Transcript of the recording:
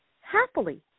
Happily